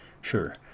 Sure